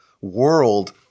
world